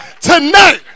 tonight